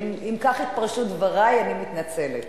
ואם כך התפרשו דברי, אני מתנצלת.